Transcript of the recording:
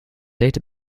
data